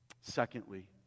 Secondly